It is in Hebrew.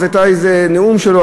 אז היה איזה נאום שלו,